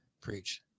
preach